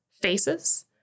Faces